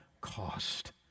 cost